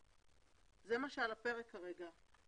זה מה שעל הפרק כרגע.